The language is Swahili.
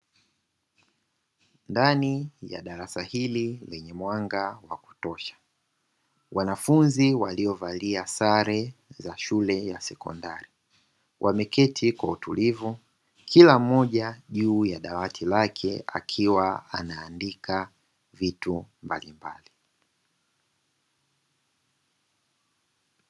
Ndani ya darasa hili lenye mwanga wa kutosha wanafunzi waliovalia sare za shule ya sekondari, wameketi kwa utulivu kila mmoja juu ya dawati lake akiwa anaandika vitu mbalimbali.